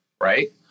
Right